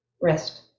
wrist